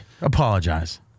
Apologize